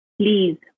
please